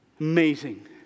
Amazing